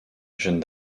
jeanne